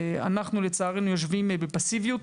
אנחנו, לצערנו, יושבים בפסיביות,